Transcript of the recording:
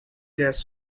gas